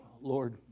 Lord